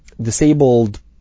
disabled